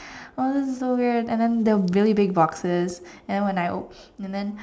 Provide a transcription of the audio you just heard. oh this is so weird and they were really big boxes and when I opened and then